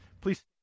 Please